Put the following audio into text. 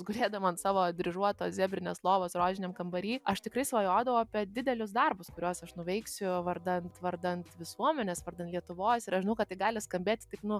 gulėdama ant savo dryžuotos zebrinės lovos rožiniam kambary aš tikrai svajodavau apie didelius darbus kuriuos aš nuveiksiu vardant vardant visuomenės vardan lietuvos ir aš žinau kad tai gali skambėti taip nu